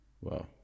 Wow